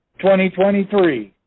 2023